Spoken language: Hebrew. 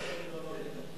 זה ממש לא אידיאולוגי.